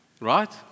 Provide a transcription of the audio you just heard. Right